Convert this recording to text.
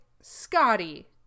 Scotty